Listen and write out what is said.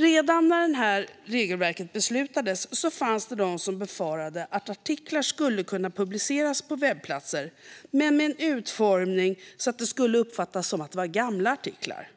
Redan när det här regelverket beslutades fanns det de som befarade att artiklar skulle kunna publiceras på webbplatser men med en utformning så att de skulle uppfattas som att det var gamla artiklar.